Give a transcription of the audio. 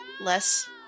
less